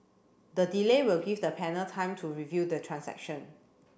the delay will give the panel time to review the transaction